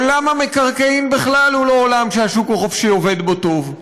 עולם המקרקעין בכלל הוא לא עולם שהשוק החופשי עובד בו טוב.